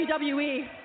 WWE